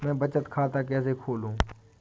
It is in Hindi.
मैं बचत खाता कैसे खोलूँ?